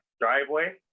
driveway